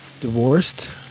divorced